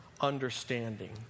understanding